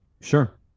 Sure